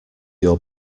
your